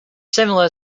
similar